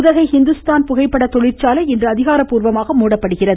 உதகை ஹிந்துஸ்தான் புகைப்பட தொழிற்சாலை இன்று அதிகாரப்பூர்வமாக மூடப்படுகிறது